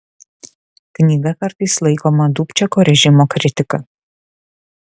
knyga kartais laikoma dubčeko režimo kritika